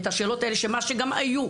השאלות האלה שהיו,